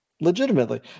legitimately